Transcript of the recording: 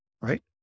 right